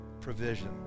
provision